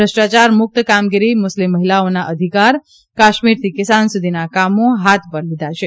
ભ્રષ્ટાયાર મુક્ત કામગીરી મુરેસ્લમ મહિલાઓના અધિકાર કાશ્મીરથી કિસાન સુધીનાં કામો હાથ પર લીધાં છે